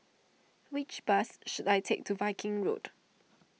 which bus should I take to Viking Road